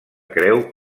creu